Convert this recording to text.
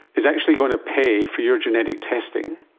is actually going to pay for your genetic testing,